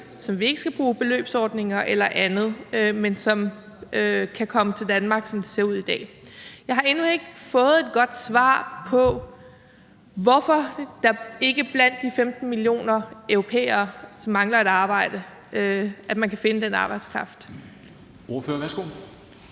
som vi ikke skal bruge beløbsordninger eller andet på, men som kan komme til Danmark, som det ser ud i dag. Jeg har endnu ikke fået et godt svar på, hvorfor man ikke blandt de 15 millioner europæere, som mangler et arbejde, kan finde den arbejdskraft.